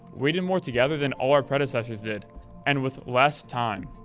we did more together than all our predecessors did and with less time.